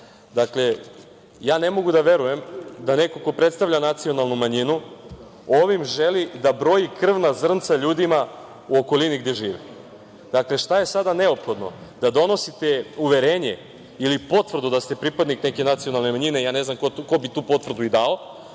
Dakle, ja ne mogu da verujem da neko ko predstavlja nacionalnu manjinu ovim želi da broji krvna zrnca ljudima u okolini gde žive. Dakle, šta je sada neophodno, da donosite uverenje ili potvrdu da ste pripadnik neke nacionalne manjine, ja ne znam ko bi tu potvrdu i dao,